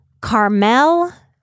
Carmel